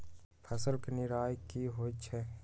फसल के निराया की होइ छई?